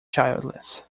childless